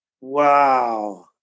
Wow